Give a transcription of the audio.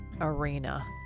arena